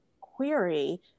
query